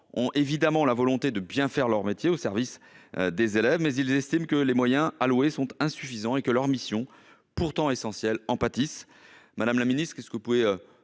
ont la volonté de bien faire leur métier au service des élèves, mais ils estiment que les moyens alloués sont insuffisants et que leurs missions, pourtant essentielles, en pâtissent. Madame la ministre, quelles sont les